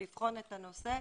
ולבחון את הנושא.